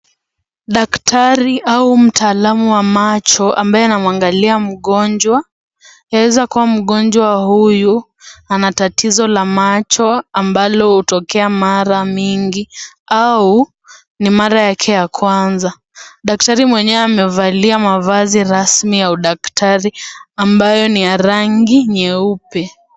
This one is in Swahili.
Daktari au mtaalamu wa macho ambaye anamuangalia mgonjwa, yaweza kua mgonjwa huyu anatatizo la macho ambalo hutokea mara mingi au ni mara yake ya kwanza, daktari mwenyewe amevalia mavazi rasmi ya udaktari ambayo ni ya rangi nyeupe.